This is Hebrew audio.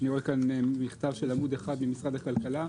אני רואה כאן מכתב של עמוד אחד ממשרד הכלכלה.